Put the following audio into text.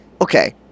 Okay